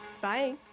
bye